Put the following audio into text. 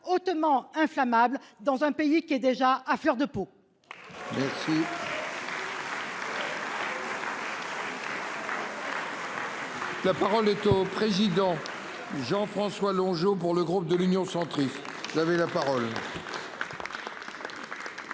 hautement inflammable dans un pays qui est déjà à fleur de peau. La parole est au président. Jean-François Longeot pour le groupe de l'Union centriste. La parole.